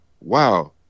wow